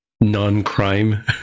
non-crime